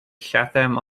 chatham